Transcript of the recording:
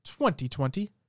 2020